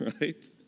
right